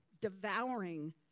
devouring